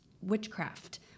witchcraft